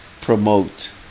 promote